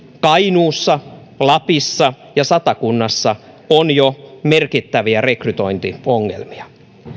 kainuussa lapissa ja satakunnassa on jo merkittäviä rekrytointiongelmia